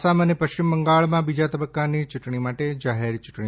આસામ અને પશ્ચિમ બંગાળમાં બીજા તબક્કાની ચૂંટણી માટે જાહેર ચૂંટણી